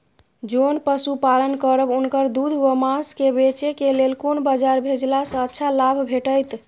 जोन पशु पालन करब उनकर दूध व माँस के बेचे के लेल कोन बाजार भेजला सँ अच्छा लाभ भेटैत?